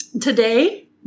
today